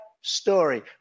story